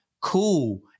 cool